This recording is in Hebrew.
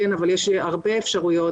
אבל יש הרבה אפשרויות